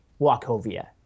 Wachovia